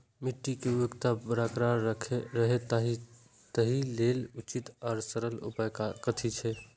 मिट्टी के उर्वरकता बरकरार रहे ताहि लेल उचित आर सरल उपाय कथी छे?